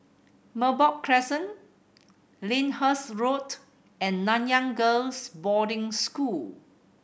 Merbok Crescent Lyndhurst Road and Nanyang Girls' Boarding School